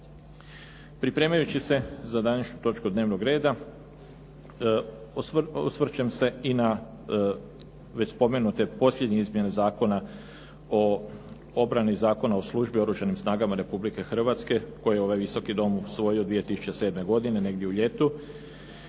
Pripremajući se za današnju točku dnevnog reda, osvrćem se i na već spomenute posljednje izmjene Zakona o obrani Zakona o službi u Oružanim snagama Republike Hrvatske koji je ovaj Visoki dom usvojio 2007. godine negdje u ljetu.